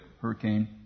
hurricane